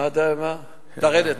להוריד.